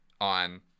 on